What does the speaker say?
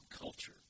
culture